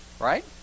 right